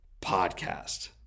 podcast